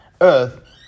Earth